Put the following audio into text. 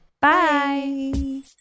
Bye